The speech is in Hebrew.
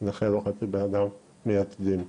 "נכה לא חצי בן אדם" מייצגים.